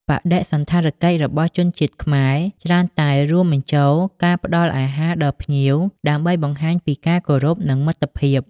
បដិសណ្ឋារកិច្ចរបស់ជនជាតិខ្មែរ ច្រើនតែរួមបញ្ចូលការផ្តល់អាហារដល់ភ្ញៀវ ដើម្បីបង្ហាញពីការគោរព និងមិត្តភាព។